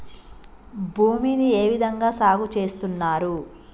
భూమిని ఏ విధంగా సాగు చేస్తున్నారు?